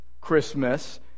Christmas